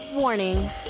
Warning